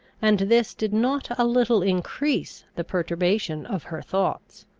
and this did not a little increase the perturbation of her thoughts.